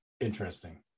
interesting